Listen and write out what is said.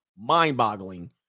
mind-boggling